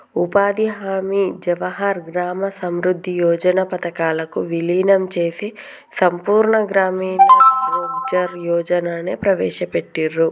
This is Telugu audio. ఉపాధి హామీ, జవహర్ గ్రామ సమృద్ధి యోజన పథకాలను వీలీనం చేసి సంపూర్ణ గ్రామీణ రోజ్గార్ యోజనని ప్రవేశపెట్టిర్రు